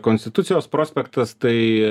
konstitucijos prospektas tai